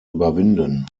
überwinden